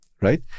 right